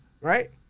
Right